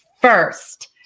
first